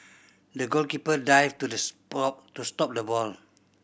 the goalkeeper dived to the stop to stop the ball